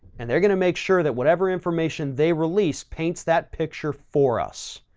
and they're going to make sure that whatever information they release paints that picture for us.